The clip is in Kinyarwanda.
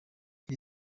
iri